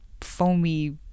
foamy